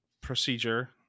procedure